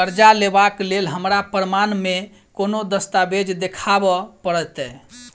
करजा लेबाक लेल हमरा प्रमाण मेँ कोन दस्तावेज देखाबऽ पड़तै?